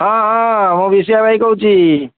ହଁ ହଁ ମୁଁ ବିଶିଆ ଭାଇ କହୁଛି